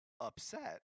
upset